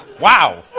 wow.